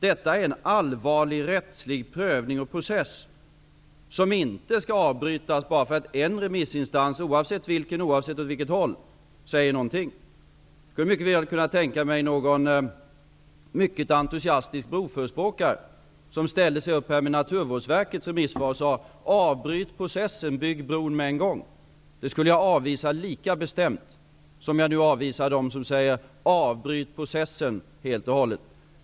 Detta är en allvarlig rättslig prövning och process som inte skall avbrytas bara för att en remissinstans, oavsett vilken och oavsett vilken ståndpunkt den intar, säger någonting. En mycket entusiastisk broförespråkare skulle mycket väl kunna ställa sig upp här med Naturvårdsverkets remissvar och säga att vi skall avbryta processen och bygga bron på en gång. Detta skulle jag avvisa lika bestämt som jag nu avvisar dem som säger att vi skall avbryta processen helt och hållet.